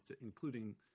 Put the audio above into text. including